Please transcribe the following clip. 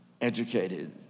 educated